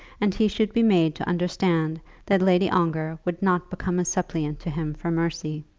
and he should be made to understand that lady ongar would not become a suppliant to him for mercy.